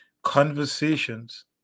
Conversations